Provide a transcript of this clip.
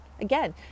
again